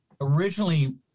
originally